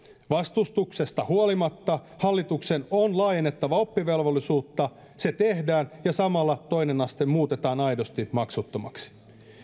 vastustuksesta huolimatta hallituksen on laajennettava oppivelvollisuutta se tehdään ja samalla toinen aste muutetaan aidosti maksuttomaksi